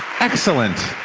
excellent!